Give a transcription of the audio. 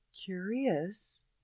curious